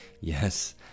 yes